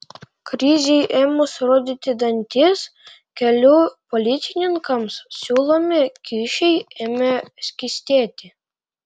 krizei ėmus rodyti dantis kelių policininkams siūlomi kyšiai ėmė skystėti